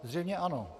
Zřejmě ano.